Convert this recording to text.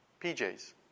PJs